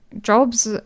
jobs